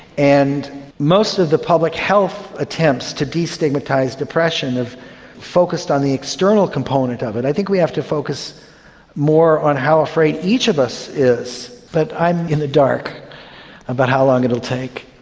and most of the public health attempts to de-stigmatise depression have focused on the external component of it. i think we have to focus more on how afraid each of us is. but i'm in the dark about how long it will take.